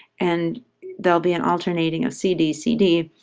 and there'll be an alternating of c d c d.